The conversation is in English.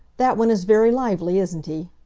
that one is very lively, isn't he?